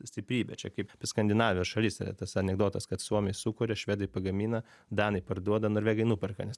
stiprybė čia kaip apie skandinavijos šalis yra tas anekdotas kad suomiai sukuria švedai pagamina danai parduoda norvegai nuperka nes